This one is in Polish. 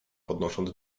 podnosząc